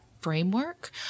framework